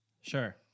Sure